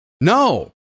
No